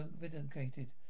vindicated